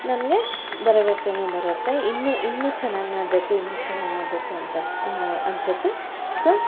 ನಮಗೆ ಭರವಸೇನು ಬರುತ್ತೆ ಇನ್ನು ಇನ್ನೂ ಚೆನ್ನಾಗಿ ಮಾಡಬೇಕು ಇನ್ನೂ ಚೆನ್ನಾಗಿ ಮಾಡಬೇಕು ಅಂತ ಅನ್ಸುತ್ತೆ ಸೊ